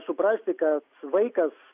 suprasti kad vaikas